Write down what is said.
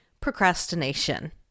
procrastination